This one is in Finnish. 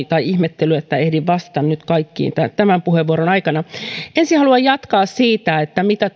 tai ihmettelyä ja näin ehdin vastata kaikkiin tämän puheenvuoron aikana ensin haluan jatkaa siitä mitä